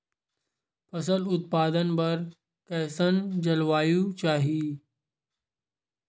फसल उत्पादन बर कैसन जलवायु चाही?